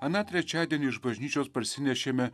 aną trečiadienį iš bažnyčios parsinešėme